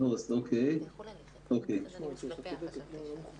את הכול ביחד והצגתם